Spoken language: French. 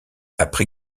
après